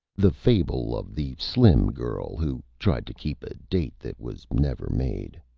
the fable of the slim girl who tried to keep a date that was never made